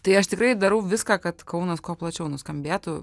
tai aš tikrai darau viską kad kaunas kuo plačiau nuskambėtų